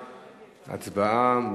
הצבעה.